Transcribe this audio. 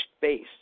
base